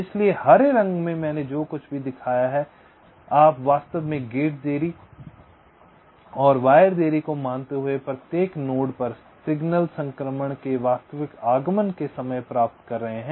इसलिए हरे रंग में मैंने जो कुछ भी दिखाया है आप वास्तव में गेट देरी और वायर देरी को मानते हुए प्रत्येक नोड पर सिग्नल संक्रमण के वास्तविक आगमन के समय प्राप्त कर रहे हैं